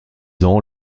ans